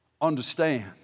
understand